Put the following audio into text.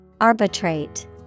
Arbitrate